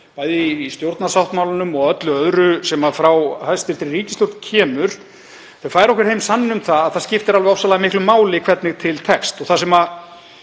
bæði í stjórnarsáttmálanum og öllu öðru sem frá hæstv. ríkisstjórn kemur, sem færir okkur heim sanninn um það að það skiptir alveg ofsalega miklu máli hvernig til tekst. Það sem ég